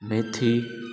मेथी